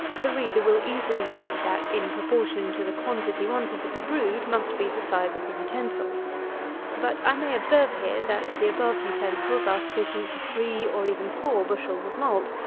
the reader will easily see, that, in proportion to the quantity wanted to be brewed must be the size of the utensils but, i may observe here, that the above utensils are sufficient for three, or even four, bushels of malt,